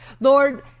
Lord